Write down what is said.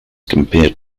compared